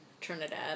Trinidad